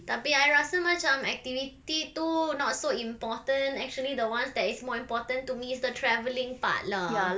tapi I rasa macam activity tu not so important actually the ones that is more important to me is the travelling part lah